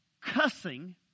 Cussing